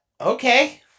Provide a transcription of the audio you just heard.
Okay